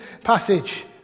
passage